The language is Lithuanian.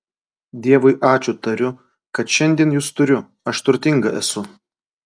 dievui ačiū tariu kad šiandien jus turiu aš turtinga esu